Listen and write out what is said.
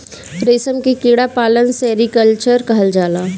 रेशम के कीड़ा पालन के सेरीकल्चर कहल जाला